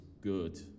good